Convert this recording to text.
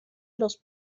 los